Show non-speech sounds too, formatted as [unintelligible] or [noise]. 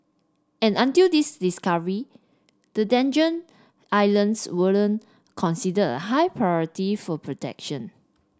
and until this discovery the [unintelligible] Islands wasn't considered a high priority for protection